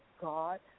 God